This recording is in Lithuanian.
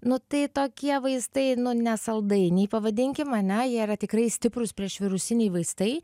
nu tai tokie vaistai nu ne saldainiai pavadinkim ane jie yra tikrai stiprūs priešvirusiniai vaistai